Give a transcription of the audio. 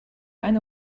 eine